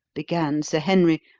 began sir henry,